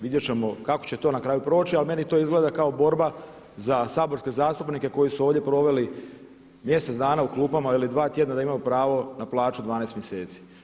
Vidjet ćemo kako će to na kraju proći, ali meni to izgleda kao borba za saborske zastupnike koji su ovdje proveli mjesec dana u klupama ili dva tjedna da imaju pravo na plaću 12 mjeseci.